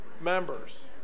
members